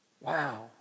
Wow